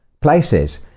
places